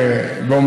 אחריו,